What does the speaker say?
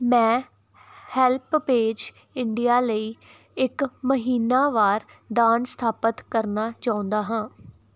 ਮੈਂ HelpAge India ਲਈ ਇੱਕ ਮਹੀਨਾਵਾਰ ਦਾਨ ਸਥਾਪਤ ਕਰਨਾ ਚਾਹੁੰਦਾ ਹਾਂ